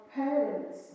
parents